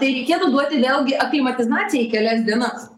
tai reikėtų duoti vėlgi aklimatizacijai kelias dienas